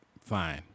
fine